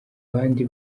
abandi